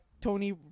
Tony